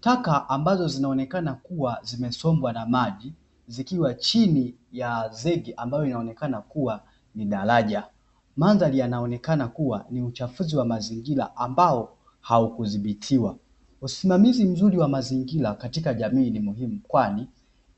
Taka ambazo zinaonekana kuwa zimesombwa na maji, zikiwa chini ya zege, ambayo inaonekana kuwa ni daraja, mandhari yanaonekana kuwa ni uchafuzi wa mazingira ambao haukudhibitiwa. Usimamizi mzuri wa mazingira katika jamii ni muhimu, kwani